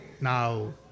Now